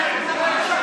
בושה.